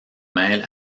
mêle